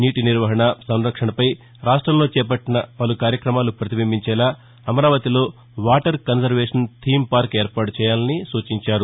నీటి నిర్వహణ సంరక్షణపై రాష్టంలో చేపట్టిన పలు కార్యక్రమాలు పతిబింబించేలా అమరావతిలో వాటర్ కన్జర్వేషన్ థీమ్ పార్కు ఏర్పాటు చేయాలని సూచించారు